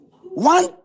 One